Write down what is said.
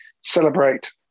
celebrate